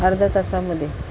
अर्ध्या तासामध्ये